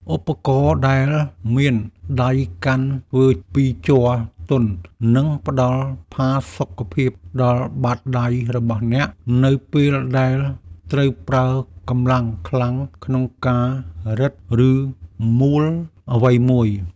ឧបករណ៍ដែលមានដៃកាន់ធ្វើពីជ័រទន់ នឹងផ្តល់ផាសុកភាពដល់បាតដៃរបស់អ្នក នៅពេលដែលត្រូវប្រើកម្លាំងខ្លាំងក្នុងការរឹត ឬមួលអ្វីមួយ។